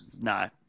No